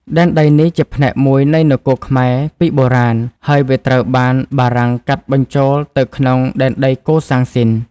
ដែនដីនេះជាផ្នែកមួយនៃនគរខ្មែរពីបុរាណ ហើយវាត្រូវបានបារាំងកាត់បញ្ចូលទៅក្នុងដែនដីកូសាំងស៊ីន។